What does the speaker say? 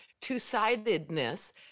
two-sidedness